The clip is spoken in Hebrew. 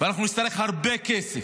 ואנחנו נצטרך הרבה כסף,